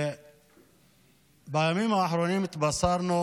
בימים האחרונים התבשרנו